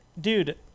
dude